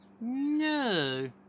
no